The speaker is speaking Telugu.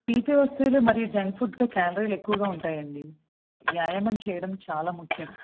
తీపి వస్తువులు మరియు జంక్ ఫుడ్తో క్యాలరీలు ఎక్కువగా ఉంటాయండి వ్యాయామం చెయ్యడం చాలా ముఖ్యం